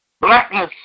Blackness